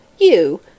You